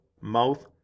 mouth